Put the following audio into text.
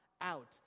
out